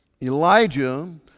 Elijah